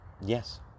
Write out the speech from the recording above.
yes